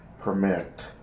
permit